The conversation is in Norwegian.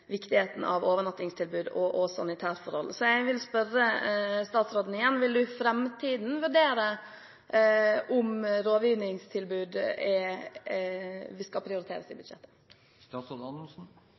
viktigheten av overnattingstilbud og sanitærforhold. Så jeg vil spørre statsråden igjen: Vil han i framtiden vurdere om rådgivningstilbudet skal prioriteres i